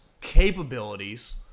capabilities